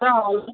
ꯈꯔ ꯍꯥꯎꯍꯜꯂꯨ